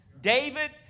David